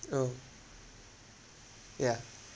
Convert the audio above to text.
oh yeah